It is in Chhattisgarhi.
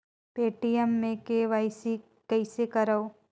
पे.टी.एम मे के.वाई.सी कइसे करव?